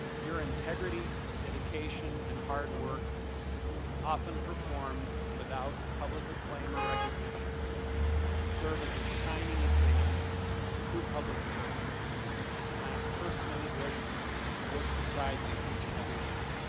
your integrity, dedication and hard work often performed without public acclaim or recognition serves as a shining example of true public service and i am personally grateful to work beside you each and every day.